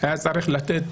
היה צריך לתת